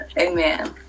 Amen